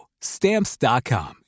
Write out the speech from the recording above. Stamps.com